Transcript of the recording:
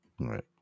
right